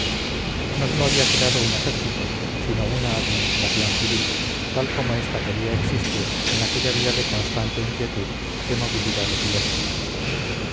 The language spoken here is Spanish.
no sólo había creado un ejército sino una administración civil tal como esta podría existir en aquella vida de constante inquietud de movilidad epiléptica